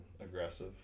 aggressive